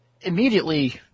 immediately